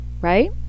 right